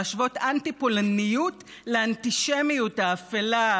להשוות אנטי-פולניות לאנטישמיות האפלה,